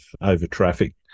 over-traffic